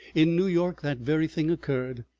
in new york that very thing occurred.